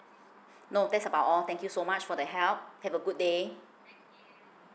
no that's about all thank you so much for the help have a good day